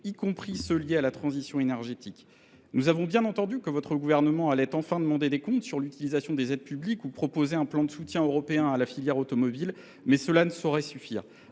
y compris ceux qui sont liés à la transition énergétique. Nous l’avons entendu, le Gouvernement va enfin demander des comptes au sujet de l’utilisation des aides publiques et proposer un plan de soutien européen à la filière automobile, mais cela ne saurait suffire.